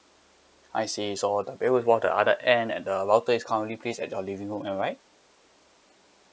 I see so the bed with wall the other end and the router is currently placed at your living room am I right